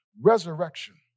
resurrection